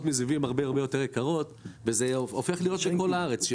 מסביבי הן הרבה יותר יקרות וזה הופך להיות בכל הארץ.